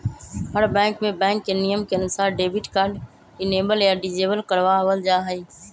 हर bank में bank के नियम के अनुसार डेबिट कार्ड इनेबल या डिसेबल करवा वल जाहई